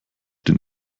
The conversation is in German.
den